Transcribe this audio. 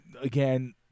again